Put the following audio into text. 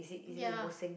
ya